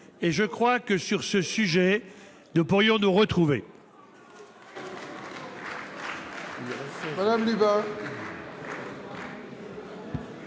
! Je crois que, sur ce sujet, nous pourrions nous retrouver.